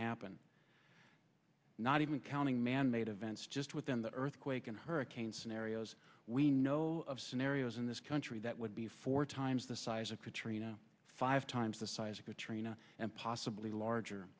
happen not even counting manmade events just within the earthquake and hurricane scenarios we know of scenarios in this country that would be four times the size of katrina five times the size of katrina and possibly larger